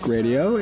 Radio